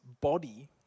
body